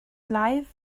life